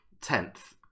Tenth